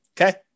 Okay